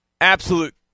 Absolute